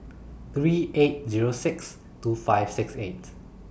three eight Zero six two five six eight